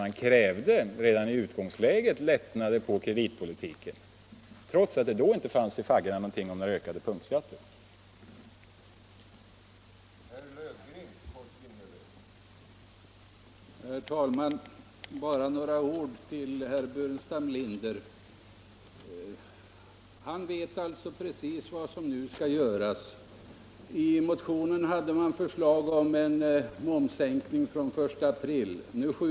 Där krävde man redan i utgångsläget lättnader på kreditpolitiken, trots att det då inte fanns några ökade punktskatter i faggorna.